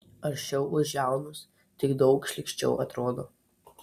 aršiau už jaunus tik daug šlykščiau atrodo